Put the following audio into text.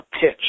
pitch